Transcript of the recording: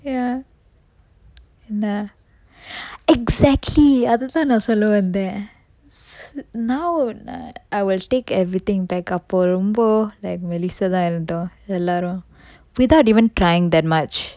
ya என்ன:enna exactly அது தான் நா சொல்ல வந்தன் நா:athu than na sollla vanthan na now err I will take everything backup போ ரொம்ப:po romba like மெல்லிசா தான் இருந்தோம் எல்லாரும்:mellisa than irunthom ellarum without even trying that much